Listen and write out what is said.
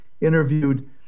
interviewed